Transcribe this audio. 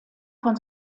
von